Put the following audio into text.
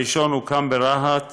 הראשון הוקם ברהט